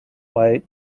white